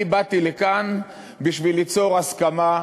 אני באתי לכאן בשביל ליצור הסכמה,